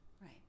Right